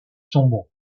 sombres